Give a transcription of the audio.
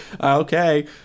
Okay